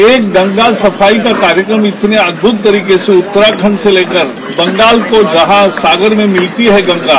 एक गंगा सफाई का कार्यक्रम इतने अद्भुत तरीके से उत्तराखंड से लेकर बंगाल को जहा सागर में मिलती है गंगा